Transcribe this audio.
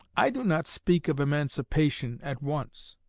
i do not speak of emancipation at once,